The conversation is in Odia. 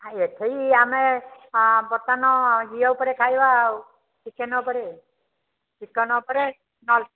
ଆଉ ଏଠେଇ ଆମେ ହଁ ବର୍ତ୍ତମାନ ଇଏ ଉପରେ ଖାଇବା ଆଉ ଚିକେନ୍ ଉପରେ ଚିକେନ୍ ଉପରେ ନହେଲେ